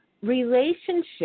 relationship